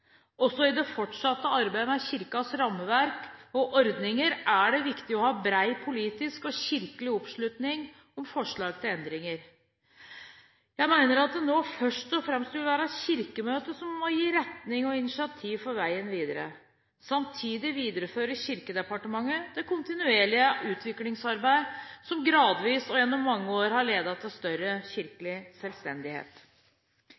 Også i det fortsatte arbeidet med Kirkens rammeverk og ordninger er det viktig å ha bred politisk og kirkelig oppslutning om forslag til endringer. Jeg mener at det nå først og fremst vil være Kirkemøtet som må vise retning for og ta initiativ til veien videre. Samtidig viderefører Kirkedepartementet det kontinuerlige utviklingsarbeidet som gradvis og gjennom mange år har ledet til større